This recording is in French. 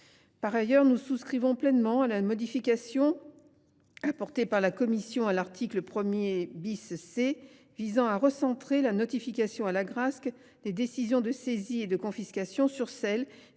Par ailleurs, nous souscrivons pleinement à la modification apportée par la commission à l’article 1 C visant à recentrer la notification à l’Agrasc des décisions de saisie et de confiscation sur celles